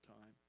time